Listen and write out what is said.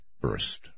burst